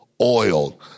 oil